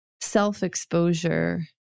self-exposure